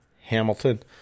Hamilton